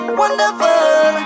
wonderful